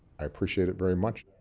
i appreciate it very much.